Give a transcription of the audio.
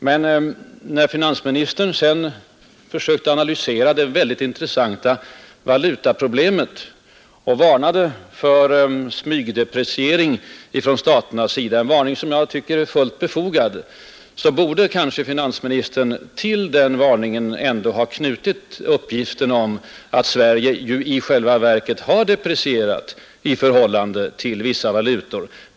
Men när finansministern sedan försökte analysera det intressanta valutaproblemet och varnade för smygdepreciering från olika länders sida, en varning som jag tycker är fullt befogad, borde finansministern till den varningen ha knutit uppgiften om att Sverige i själva verket redan har deprecierat i förhållande till vissa valutor.